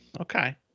Okay